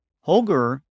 Holger